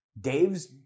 Dave's